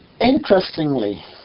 Interestingly